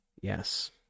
Yes